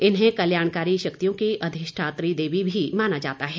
इन्हें कल्याणकारी शक्तियों की अधिष्ठात्री भी माना जाता है